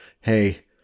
Hey